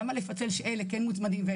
כבר נגמרו התביעות וקיבלו הכרה,